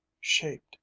shaped